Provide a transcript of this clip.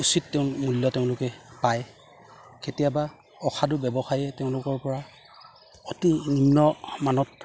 উচিত তেওঁ মূল্য তেওঁলোকে পায় কেতিয়াবা অসাধু ব্যৱসায়ে তেওঁলোকৰ পৰা অতি নিম্ন মানত